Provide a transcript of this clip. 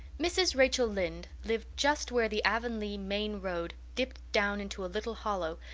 mrs. rachel lynde lived just where the avonlea main road dipped down into a little hollow,